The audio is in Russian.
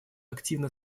активно